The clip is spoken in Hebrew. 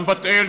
גם בת-אל,